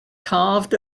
carved